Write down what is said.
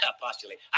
postulate